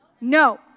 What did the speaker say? No